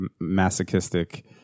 masochistic